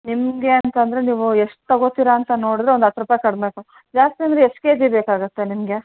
ನಿಮಗೆ ಅಂತಂದರೆ ನೀವು ಎಷ್ಟು ತಗೊತೀರಾ ಅಂತ ನೋಡಿದ್ರೆ ಒಂದು ಹತ್ತು ರೂಪಾಯಿ ಕಡಿಮೆ ಕೊ ಜಾಸ್ತಿ ಅಂದರೆ ಎಷ್ಟು ಕೆ ಜಿ ಬೇಕಾಗುತ್ತೆ ನಿಮಗೆ